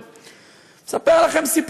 תומכים.